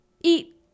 eat